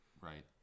right